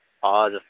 हजुर